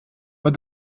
but